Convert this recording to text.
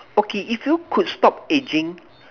okay if you could stop aging